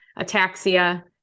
ataxia